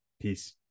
Peace